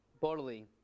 bodily